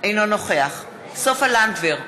אינו נוכח סופה לנדבר,